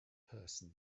person